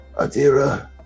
Adira